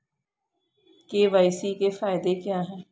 KYC के फायदे क्या है?